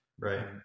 Right